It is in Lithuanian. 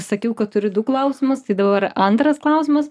sakiau kad turiu du klausimus tai dabar antras klausimas